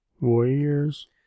Warriors